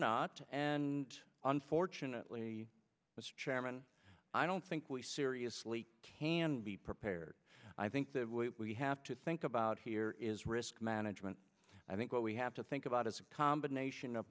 not and unfortunately mr chairman i don't think we seriously can be prepared i think that we have to think about here is risk management i think what we have to think about is a combination of